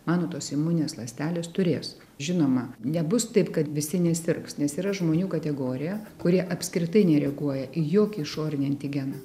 mano tos imuninės ląstelės turės žinoma nebus taip kad visi nesirgs nes yra žmonių kategorija kuri apskritai nereaguoja į jokį išorinį antigeną